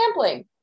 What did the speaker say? sampling